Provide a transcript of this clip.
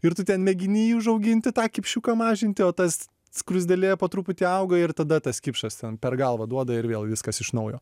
ir tu ten mėgini jį užauginti tą kipšiuką mažinti o tas skruzdėlė po truputį auga ir tada tas kipšas ten per galvą duoda ir vėl viskas iš naujo